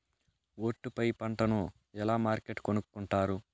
ఒట్టు పై పంటను ఎలా మార్కెట్ కొనుక్కొంటారు?